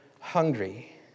hungry